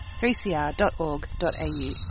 3cr.org.au